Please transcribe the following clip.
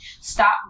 Stop